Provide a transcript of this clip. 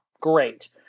great